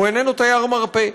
הוא איננו תייר מרפא,